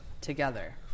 together